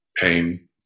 pain